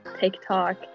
TikTok